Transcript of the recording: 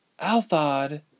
Althod